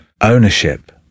ownership